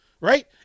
Right